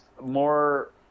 more